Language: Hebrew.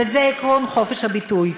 וזה עקרון חופש הביטוי.